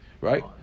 right